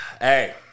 Hey